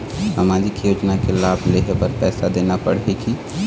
सामाजिक योजना के लाभ लेहे बर पैसा देना पड़ही की?